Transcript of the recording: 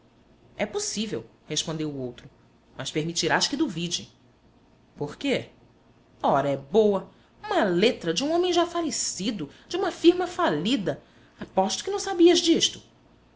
é possível respondeu o outro mas permitirás que duvide por quê ora é boa uma letra de um homem já falecido de uma firma falida aposto que não sabias disto